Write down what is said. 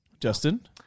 Justin